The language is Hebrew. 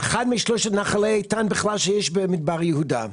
אחד משלושת נחלי האיתן שיש במדבר יהודה.